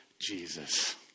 Jesus